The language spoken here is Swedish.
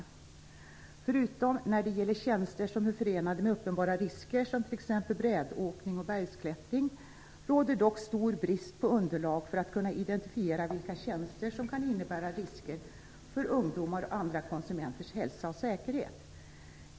Förutom när det gäller tjänster som är förenade med uppenbara risker, som t.ex. brädåkning och bergsklättring, råder dock stor brist på underlag för att kunna identifiera vilka tjänster som kan innebära risker för ungdomar och andra konsumenters hälsa och säkerhet.